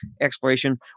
exploration